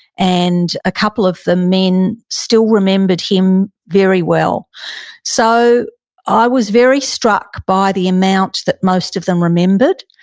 and a couple of the men still remembered him very well so i was very struck by the amount that most of them remembered.